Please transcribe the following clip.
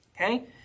okay